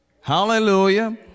hallelujah